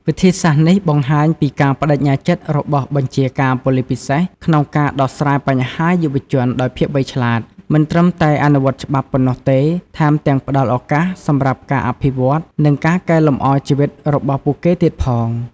វិធីសាស្ត្រនេះបង្ហាញពីការប្តេជ្ញាចិត្តរបស់បញ្ជាការប៉ូលិសពិសេសក្នុងការដោះស្រាយបញ្ហាយុវជនដោយភាពវៃឆ្លាត មិនត្រឹមតែអនុវត្តច្បាប់ប៉ុណ្ណោះទេ ថែមទាំងផ្តល់ឱកាសសម្រាប់ការអភិវឌ្ឍ និងការកែលម្អជីវិតរបស់ពួកគេទៀតផង។